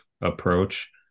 approach